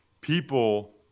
People